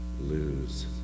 lose